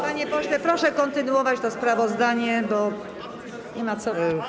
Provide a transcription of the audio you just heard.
Panie pośle, proszę kontynuować to sprawozdanie, bo nie ma co.